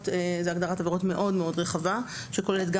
זה הגדרת עבירות מאוד מאוד רחבה שכוללת גם